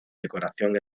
decoración